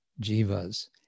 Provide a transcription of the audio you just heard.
jivas